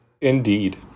Indeed